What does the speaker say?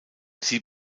sie